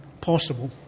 possible